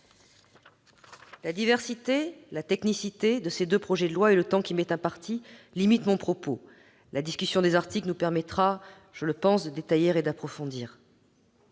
La diversité, la technicité de ces deux projets de loi et le temps qui m'est imparti limitent mon propos. La discussion des articles nous permettra d'entrer dans le détail et d'approfondir.